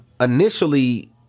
initially –